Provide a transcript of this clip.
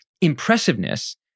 impressiveness